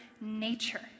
nature